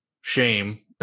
shame